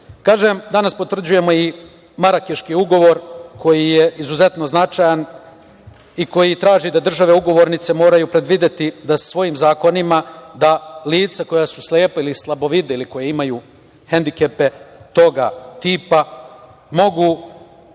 danas potvrđujemo i Marakeški ugovor koji je izuzetno značajan i koji traži da države ugovornice moraju predvideti da sa svojim zakonima, da lica koja su slepa ili slabovida ili koja imaju hendikepe toga tipa, mogu